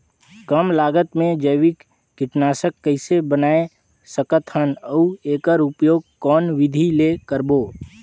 कम लागत मे जैविक कीटनाशक कइसे बनाय सकत हन अउ एकर उपयोग कौन विधि ले करबो?